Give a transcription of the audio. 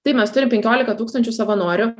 taip mes turim penkiolika tūkstančių savanorių